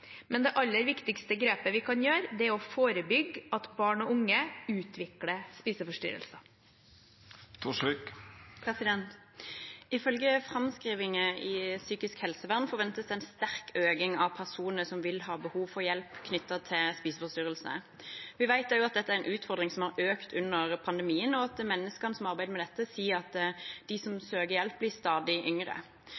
Men det aller viktigste grepet vi kan gjøre, er å forebygge at barn og unge utvikler spiseforstyrrelser. Ifølge framskrivinger innen psykisk helsevern forventes det en sterk økning av personer som vil ha behov for hjelp knyttet til spiseforstyrrelser. Vi vet også at dette er en utfordring som har økt under pandemien, og at menneskene som arbeider med dette, sier at de som